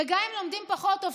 וגם אם לומדים פחות טוב,